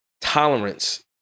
tolerance